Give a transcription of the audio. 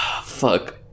Fuck